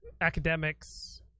academics